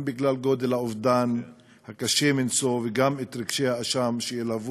גם בגלל גודל האובדן הקשה מנשוא וגם בגלל רגשי האשם שילוו